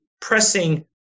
pressing